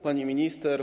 Pani Minister!